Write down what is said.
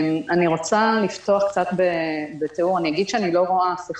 אתחיל בהיסטוריה קצרה ביותר על מסגרת תקנות שעת החירום.